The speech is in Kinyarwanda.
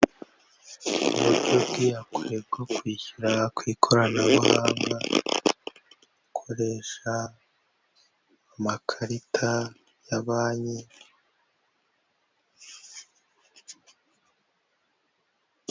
Uburyo bw'iyagure bwo kwishyura kw' ikoranabuhanga, akoresha amakarita ya banki.